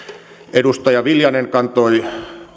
edustaja viljanen kantoi